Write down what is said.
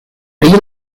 pri